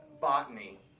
botany